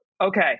Okay